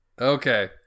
Okay